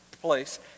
place